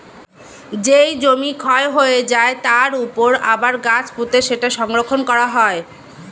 যেই জমি ক্ষয় হয়ে যায়, তার উপর আবার গাছ পুঁতে সেটা সংরক্ষণ করা হয়